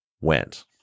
went